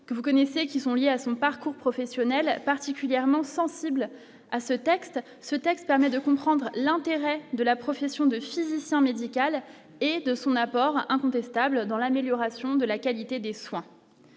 que vous connaissez qui sont liées à son parcours professionnel, particulièrement sensible à ce texte, ce texte permet de comprendre l'intérêt de la profession de physicien médical et de son apport incontestable dans l'amélioration de la qualité des soins,